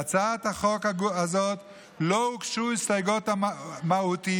להצעת החוק הזאת לא הוגשו הסתייגויות מהותיות,